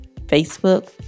Facebook